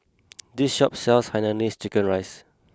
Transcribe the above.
this shop sells Hainanese Chicken Rice